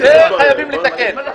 זה חייבים לתקן.